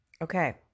Okay